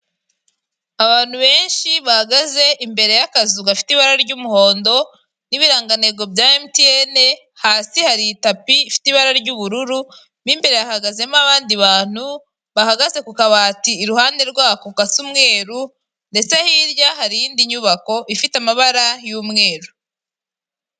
Abantu benshi bahagaze imbere y'akazu gafite ibara ry'umuhondo n'ibirangantego bya emutiyene, hasi hari itapi ifite ibara ry'ububuru mo imbere hahagazemo abandi bantu bahagaze ku kabati iruhande rwako gasa umweru ndetse hirya hari indi nyubako ifite amabara y'umweru.